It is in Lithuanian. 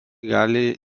gali